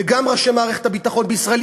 וגם ראשי מערכת הביטחון בישראל,